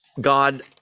God